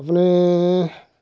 আপুনি